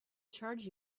charge